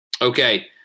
Okay